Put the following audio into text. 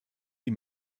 die